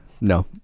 no